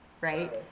right